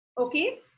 Okay